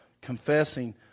confessing